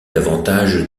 davantage